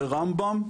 ברמב"ם,